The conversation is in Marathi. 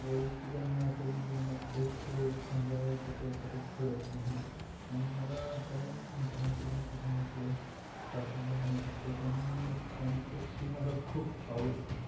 वैयक्तिक आणि मी असं आहे की जीवनात ट्रेक्स संभाळायचं काही गरज पडत नाही आणि मला कायमच मित्रांकडून कुटुंबाकडून पाठिंबा मिळत असतो त्यामुळे मी आणि ट्रेक्स मला खूप आवडतात